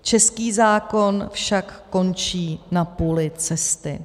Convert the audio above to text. Český zákon však končí na půli cesty.